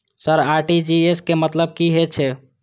Sir RTGS के मतलब की हे छे?